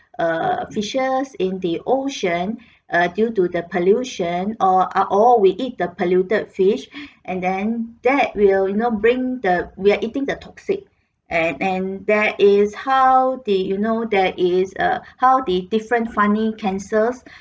err fishes in the ocean err due to the pollution or ah or we eat the polluted fish and then that will you know bring the we're eating the toxic and and that is how the you know that is err how the different funny cancers